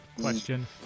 question